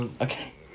Okay